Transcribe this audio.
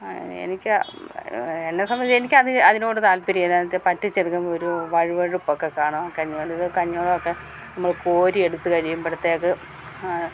എനിക്കാ എന്നെ സംബന്ധിച്ച് എനിക്കതി അതിനോട് താല്പ്പര്യ എന്നാന്നെചാ പറ്റിച്ചെടുക്കുമ്പം ഒരു വഴ്വഴ്പ്പൊക്കെ കാണോ കഞ്ഞിപോലൊരു കഞ്ഞിവെള്ളമൊക്കെ നമ്മൾ കോരിയെടുത്ത് കഴിയുമ്പോഴത്തേക്ക്